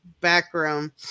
background